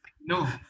no